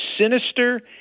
sinister